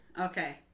Okay